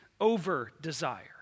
over-desire